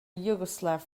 yugoslav